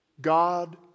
God